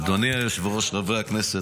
אדוני היושב-ראש, חברי הכנסת.